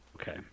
Okay